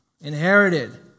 inherited